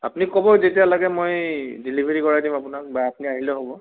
আপুনি ক'ব যেতিয়া লাগে মই ডেলিভাৰী কৰাই দিম আপোনাক বা আপুনি আহিলেই হ'ব